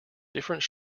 different